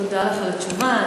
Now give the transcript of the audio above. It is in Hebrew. תודה לך על התשובה.